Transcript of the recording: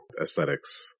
aesthetics